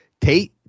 Tate